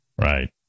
Right